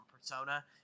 persona